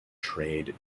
trade